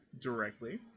directly